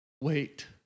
Wait